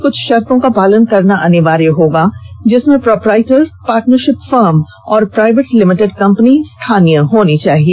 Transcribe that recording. निविदा में कुछ भार्तों का पालन करना अनिवार्य होगा जिसमें प्रोपराइटर पार्टनररीीप फर्म ओर प्राइवेट लिमिटेड कंपनी स्थानीय होनी चाहिए